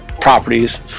properties